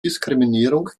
diskriminierung